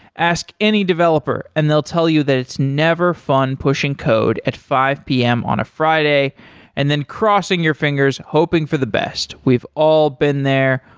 ask any developer and they'll tell you that it's never fun pushing code at five p m. on a friday and then crossing your fingers hoping for the best. we've all been there.